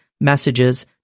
messages